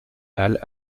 halles